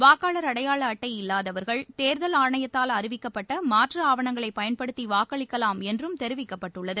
வாக்காளர் அடையாள அட்டை இல்லாதவர்கள் தேர்தல் ஆணையத்தால் அறிவிக்கப்பட்ட மாற்று ஆவணங்களை பயன்படுத்தி வாக்களிக்கலாம் என்றும் தெரிவிக்கப்பட்டுள்ளது